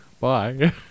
Bye